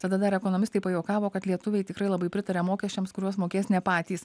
tada dar ekonomistai pajuokavo kad lietuviai tikrai labai pritaria mokesčiams kuriuos mokės ne patys